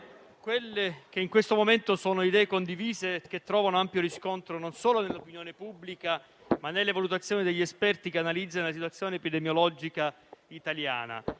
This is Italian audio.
quelle che in questo momento sono idee condivise, che trovano ampio riscontro, non solo nell'opinione pubblica, ma anche nelle valutazioni degli esperti che analizzano la situazione epidemiologica italiana.